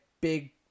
big